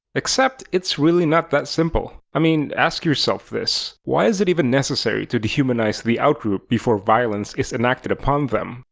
except, it's really not that simple. i mean ask yourself this why is it even necessary to dehumanize the outgroup before violence is enacted upon them?